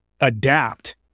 adapt